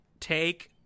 take